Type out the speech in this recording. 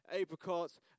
apricots